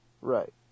Right